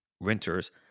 renters